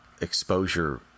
exposure